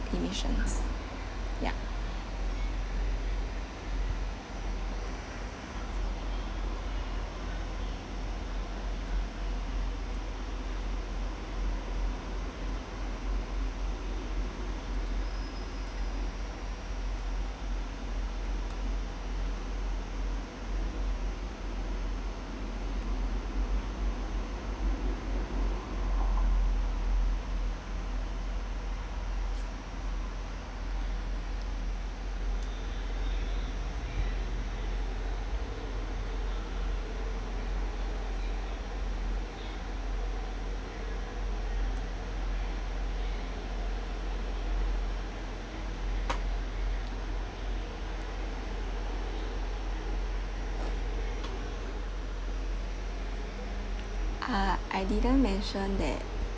emissions ya ah I didn't mention that